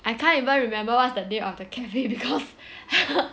I can't even remember what's the name of the cafe because